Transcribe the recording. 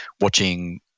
watching